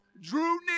drew